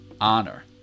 honor